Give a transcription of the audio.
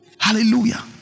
hallelujah